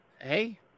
Hey